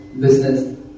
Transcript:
business